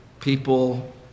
people